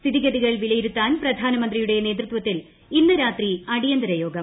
സ്ഥിതിഗതികൾ വിലയിരുത്താൻ പ്രധാനമുന്ത്രിയ്ുടെ നേതൃത്വത്തിൽ ഇന്ന് രാത്രി അടിയന്തര്യ യ്യോഗം